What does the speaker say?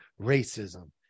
racism